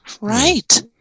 Right